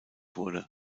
wurde